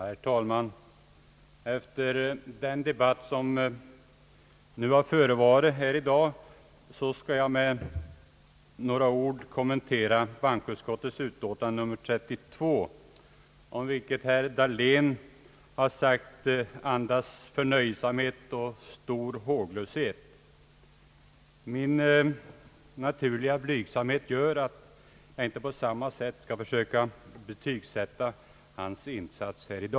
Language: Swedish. Herr talman! Efter den debatt som förevarit i dag skall jag med några ord kommentera bankoutskottets utlåtande nr 32, om vilket herr Dahlén har sagt att det andas förnöjsamhet och stor håglöshet; min naturliga blygsamhet gör att jag inte på samma vis skall försöka betygsätta hans insats i dag.